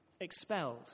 Expelled